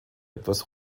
etwas